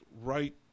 right